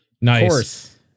Nice